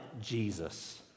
Jesus